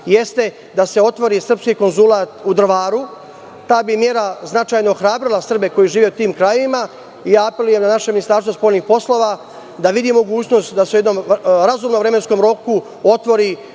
jeste da se otvori srpski konzulat u Drvaru. Ta mera bi značajno ohrabrila Srbe koji žive u tim krajevima. Apelujem na naše Ministarstvo spoljnih poslova da vidi mogućnost da se u razumnom vremenskom roku otvori